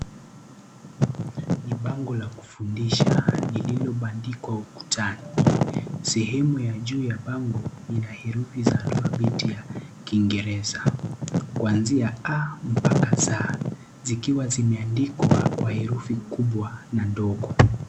Ni bango la kufundisha, lililobandikwa ukutani. Sehemu ya juu ya bango, lina herufi za alfabeti ya Kiingereza, kuanzia A mpaka Z. Zikiwa zimeandikwa kwa herufi kubwa na ndogo.